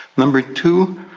number two,